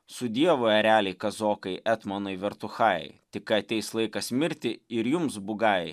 su dievu ereliai kazokai etmonai vertuchajai tik kai ateis laikas mirti ir jums bugajai